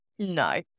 No